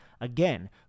Again